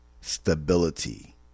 stability